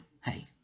Hey